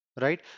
right